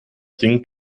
ding